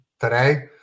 today